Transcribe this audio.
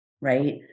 right